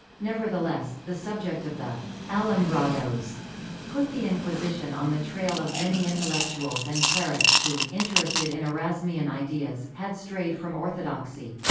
nevertheless, the subject of the alumbrados put the inquisition on the trail of many intellectuals and clerics who, interested in erasmian ideas, had strayed from orthodoxy.